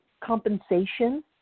compensation